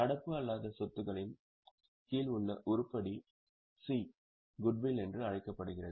நடப்பு அல்லாத சொத்துகளின் கீழ் உள்ள உருப்படி C குட்வில் என்று அழைக்கப்படும்